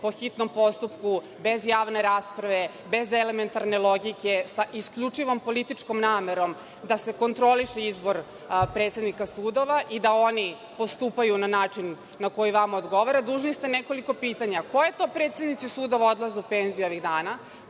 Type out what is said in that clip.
po hitnom postupku, bez javne rasprave, bez elementarne logike, sa isključivom političkom namerom da se kontroliše izbor predsednika sudova i da oni postupaju na način na koji vama odgovara, dužni ste nekoliko pitanja - koji to predsednici sudova odlaze u penziju ovih dana?